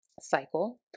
cycle